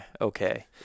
okay